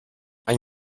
ein